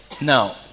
Now